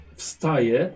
wstaje